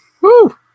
Woo